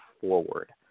forward